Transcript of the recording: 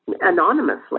anonymously